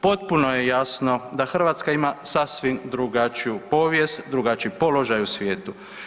Potpuno je jasno da Hrvatska ima sasvim drugačiju povijest, drugačiji položaj u svijetu.